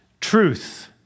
truth